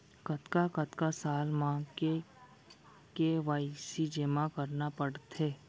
कतका कतका साल म के के.वाई.सी जेमा करना पड़थे?